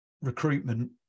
recruitment